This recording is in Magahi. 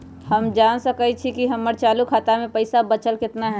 हम जान सकई छी कि हमर चालू खाता में पइसा बचल कितना हई